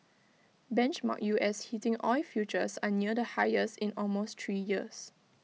benchmark U S heating oil futures are near the highest in almost three years